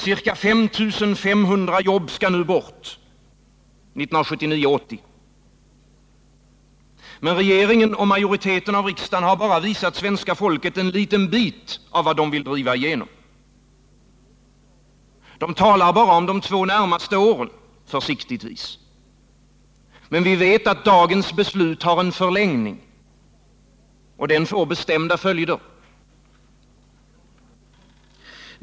Ca 5 500 jobb skall bort 1979-1980. Men regeringen och majoriteten av Nr 59 riksdagen har bara visat svenska folket en liten bit av vad de vill driva igenom. Tisdagen den De talar bara om de två närmaste åren, försiktigtvis. Men vi vet att dagens 19 december 1978 beslut har en förlängning. Det får bestämda följder.